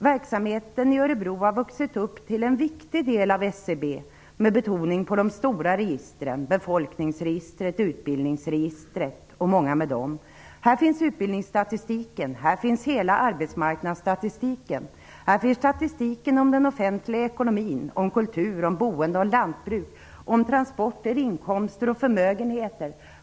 Verksamheten i Örebro har vuxit upp till en viktig del av SCB med betoning på de stora registren - befolkningsregistret, utbildningsregistret m.fl. Här finns utbildningsstatistiken. Här finns hela arbetsmarknadsstatistiken. Här finns statistiken om den offentliga ekonomin, om kulturen, om boendet, om lantbruket, om transporterna, om inkomsterna och om förmögenheterna.